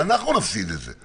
ואנחנו נפסיד את זה.